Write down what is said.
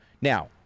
Now